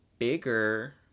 bigger